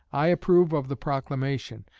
i approve of the proclamation,